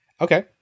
Okay